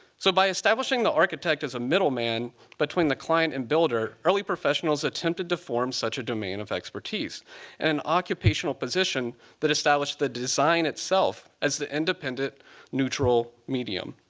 so by establishing the architect as a middleman between the client and builder, early professionals attempted to form such a domain of expertise and an occupational position that established the design itself as the independent neutral medium.